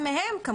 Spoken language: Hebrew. הגידול והייצור.